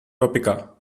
topeka